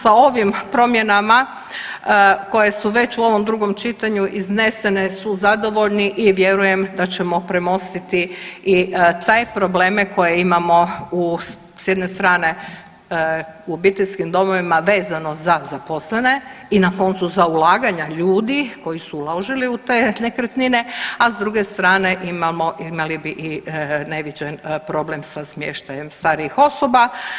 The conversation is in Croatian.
Sa ovim promjenama koje su već u ovom drugom čitanju iznesene su zadovoljni i vjerujem da ćemo premostiti i te probleme koje imamo s jedne strane u obiteljskim domovima vezano za zaposlene i na koncu za ulaganja ljudi koji su uložili u te nekretnine, a s druge strane imali bi i neviđen problem sa smještajem starijih osoba.